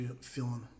feeling